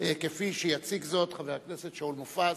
כפי שיציג זאת חבר הכנסת שאול מופז.